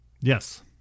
Yes